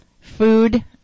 food